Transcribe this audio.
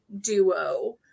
duo